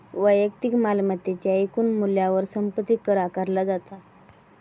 वैयक्तिक मालमत्तेच्या एकूण मूल्यावर संपत्ती कर आकारला जाता